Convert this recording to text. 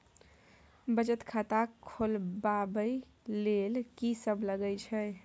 बचत खाता खोलवैबे ले ल की सब लगे छै?